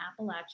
Appalachia